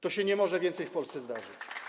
To się nie może więcej w Polsce zdarzyć.